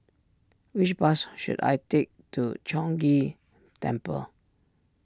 which bus should I take to Chong Ghee Temple